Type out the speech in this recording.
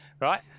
right